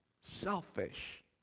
selfish